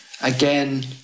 again